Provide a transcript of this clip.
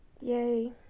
Yay